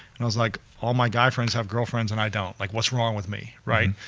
and i was like all my guy friends have girlfriends and i don't, like what's wrong with me, right?